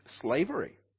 slavery